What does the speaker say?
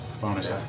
bonus